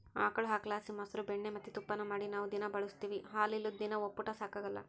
ಆಕುಳು ಹಾಲುಲಾಸಿ ಮೊಸ್ರು ಬೆಣ್ಣೆ ಮತ್ತೆ ತುಪ್ಪಾನ ಮಾಡಿ ನಾವು ದಿನಾ ಬಳುಸ್ತೀವಿ ಹಾಲಿಲ್ಲುದ್ ದಿನ ಒಪ್ಪುಟ ಸಾಗಕಲ್ಲ